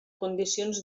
condicions